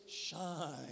shine